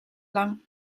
lang